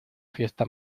fiesta